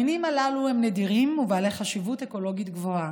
המינים הללו הם נדירים ובעלי חשיבות אקולוגית גבוהה.